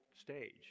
stage